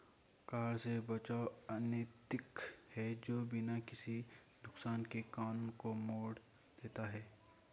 कर से बचाव अनैतिक है जो बिना किसी नुकसान के कानून को मोड़ देता है